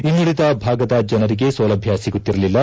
ಇನ್ನುಳಿದ ಭಾಗದ ಜನರಿಗೆ ಸೌಲಭ್ಯ ಸಗುತ್ತಿರುಲಿಲ್ಲ